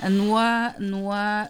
nuo nuo